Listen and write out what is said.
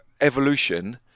evolution